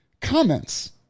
comments